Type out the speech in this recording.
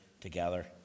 together